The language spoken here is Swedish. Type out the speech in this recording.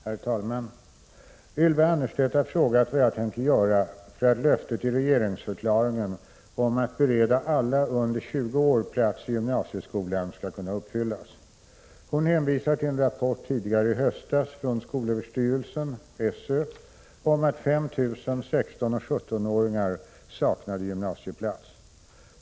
Herr talman! Ylva Annerstedt har frågat vad jag tänker göra för att löftet i regeringsförklaringen om att bereda alla under 20 år plats i gymnasieskolan skall kunna uppfyllas. Hon hänvisar till en rapport tidigare i höstas från skolöverstyrelsen om att 5 000 16 och 17-åringar saknade gymnasieplats.